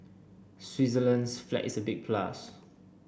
Switzerland's flag is a big plus